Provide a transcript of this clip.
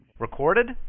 Recorded